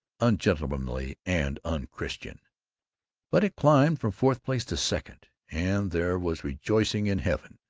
ungentlemanly, and unchristian but it climbed from fourth place to second, and there was rejoicing in heaven,